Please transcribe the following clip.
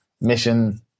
mission